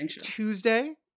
Tuesday